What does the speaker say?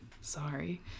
Sorry